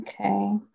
okay